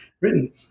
written